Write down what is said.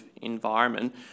environment